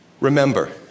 Remember